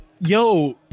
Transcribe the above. yo